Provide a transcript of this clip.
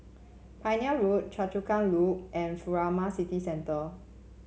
Pioneer Road Choa Chu Kang Loop and Furama City Centre